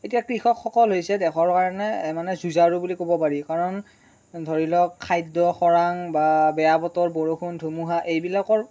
এতিয়া কৃষকসকল হৈছে দেশৰ কাৰণে মানে যুঁজাৰু বুলি ক'ব পাৰি কাৰণ ধৰি লওক খাদ্য খৰাং বা বেয়া বতৰ বৰষুণ ধুমুহা এইবিলাকৰ